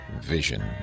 vision